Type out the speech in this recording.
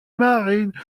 marine